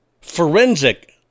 forensic